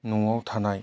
न'आव थानाय